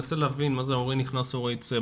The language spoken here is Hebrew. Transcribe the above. מנסה להבין מה זה הורה נכנס/הורה יוצא.